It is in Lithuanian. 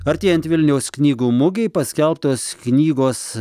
artėjant vilniaus knygų mugei paskelbtos knygos